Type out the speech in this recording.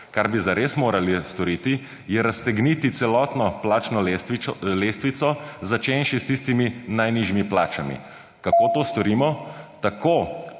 Kar bi zares morali storiti je raztegniti celotno plačno lestvico začenši s tistimi najnižjimi plačami. Kako to storimo? Tako,